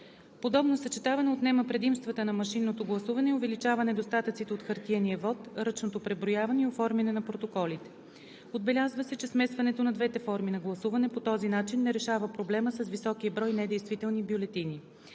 Подобно съчетаване отнема предимствата на машинното гласуване и увеличава недостатъците от хартиения вот, ръчното преброяване и оформянето на протоколите. Отбелязва се, че смесването на двете форми на гласуване по този начин не решава проблема с високия брой недействителни бюлетини.